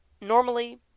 Normally